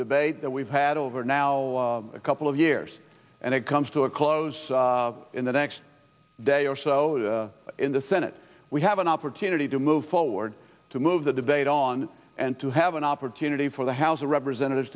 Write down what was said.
debate that we've had over now a couple of years and it comes to a close in the next day or so in the senate we have an opportunity to move forward to move the debate on and to have an opportunity for the house of representatives